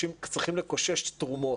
צריכים לקושש תרומות?